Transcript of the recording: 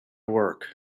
work